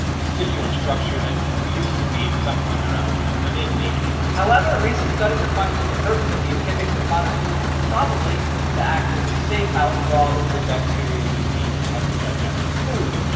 vestigial structure that we used to need at some point in our evolution but didn't need anymore. however, recent studies are finding that the purpose of the appendix in modern humans is probably to act as a safe house for all of the good bacteria you need to help you digest your food.